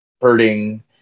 hurting